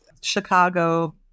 Chicago